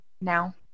now